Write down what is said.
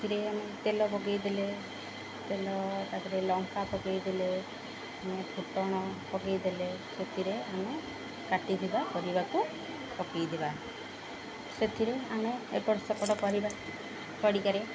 ସେଥିରେ ଆମେ ତେଲ ପକେଇଦେଲେ ତେଲ ତା'ପରେ ଲଙ୍କା ପକେଇଦେଲେ ଆେ ଫୁଟଣ ପକେଇଦେଲେ ସେଥିରେ ଆମେ କାଟିଦବା କରିବାକୁ ପକେଇଦବା ସେଥିରେ ଆମେ ଏପଟ ସେପଡ଼ କରିବା ପରଡ଼ିକାରେ